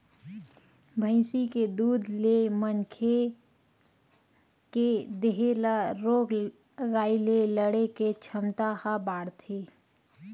भइसी के दूद ले मनखे के देहे ल रोग राई ले लड़े के छमता ह बाड़थे